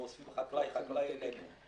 אנחנו אוספים חקלאי-חקלאי אלינו,